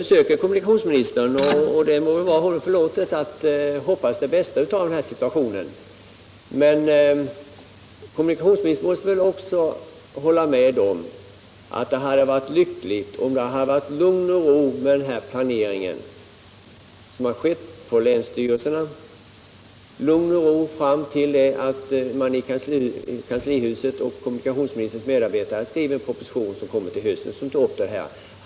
Men kommunikations 27 november 1975 ministern måste väl ändå hålla med om att det hade varit lyckligt om = den planering som har skett i länsstyrelserna fått bestå fram till dess Om SJ:s busslinjeatt man i kanslihuset hade skrivit en proposition, den som vi väntar = trafik till våren.